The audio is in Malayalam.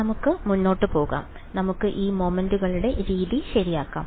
നമുക്ക് മുന്നോട്ട് പോകാം നമുക്ക് ഈ മൊമെന്റുകളുടെ രീതി ശരിയാക്കാം